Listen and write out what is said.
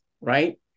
right